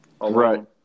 Right